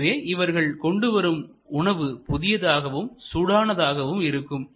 எனவே இவர்கள் கொண்டுவரும் உணவு புதியதாகவும்சூடானதாகவும் இருக்கும்